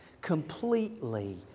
completely